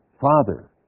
Father